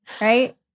Right